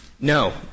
No